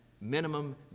minimum